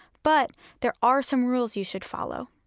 but there are some rules you should follow